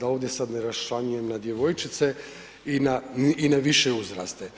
da ovdje sad ne raščlanjujem na djevojčice i na više uzraste.